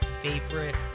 favorite